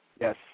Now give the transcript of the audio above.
Yes